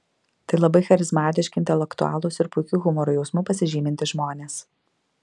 tai labai charizmatiški intelektualūs ir puikiu humoro jausmu pasižymintys žmonės